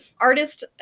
artist